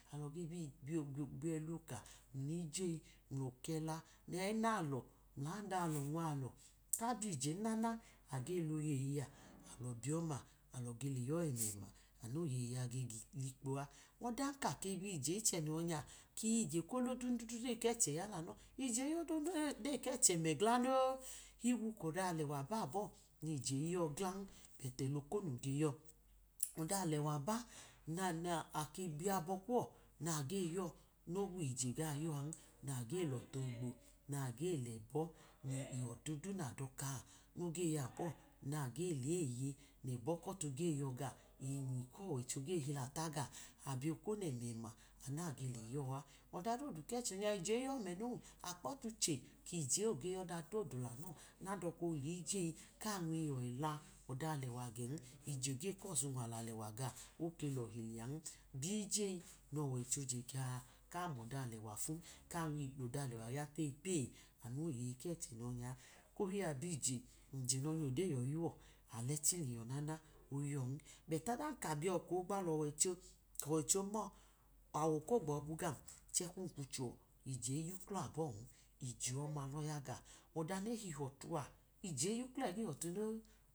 Alọ ge biyẹla oka mliye mulọkọ ẹla nẹnalọ mulada alọ nwalọ ta biyiyen na na, age loyeyoa alo biyọ ọma alọ ge le yọ ẹnẹma, anu noyeyi a ge likpo a ọda kako biyiye ichẹ noyọ nya, ii ije ko lodundundo eyi kẹchẹ yn lanọ, ije iyodundo odeyi kechẹ mẹ gla no. Higbu kọda alẹwa ba bọ nije iyọ glan, bẹti ẹla okonu ge yọ, ọda alẹwa ba na nake biyabọ kuwo nage yọ nowije gayọan nage lọtu ọgbo nage lẹbọ, ibọtu du na doka oge yọ abọ nage leye nẹbọ kotu ge yọ gaọ, neyinyinyi kọwọicho ge le hilata gaọ abiye okonu ẹmẹma anu nayi bi leyọa. Ọda du kẹche nya ije ije yọ mẹ no, akpọtuchẹ kije oge yọda dodu lanọ nalọ ka oliyeyi ka myẹla ọda alẹwa gen, ije ge kọsi unwali alẹwa gaọ oke lohi lẹa biyiyeyi nọwọicho je gaọ a ka mọda alẹwa fu ka lọda alẹwa ya teyipe, anu woyeyi keche noyọnya, eko ohi abiyye, ije noyonya odeyi yọyi yuwọ, alchi liyiyọ nana oyọn beti odan ka biyọkọ ogba lọwọicho ọwọicho no, awọ kogbu gam kum kwuchuwọ ije iyuklọ abọn, ije ọma lọya gaọ, ọda nehihọtu a ije iyuklọ ẹgẹ ibọtu no.